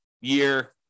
year